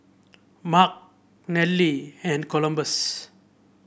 Mark Nelly and Columbus